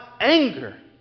anger